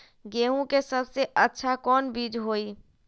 गेंहू के सबसे अच्छा कौन बीज होई?